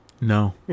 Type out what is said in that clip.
No